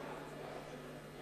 (תיקון, השתתפות בשכר לימוד ללוחמים),